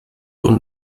und